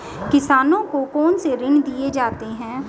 किसानों को कौन से ऋण दिए जाते हैं?